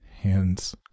hands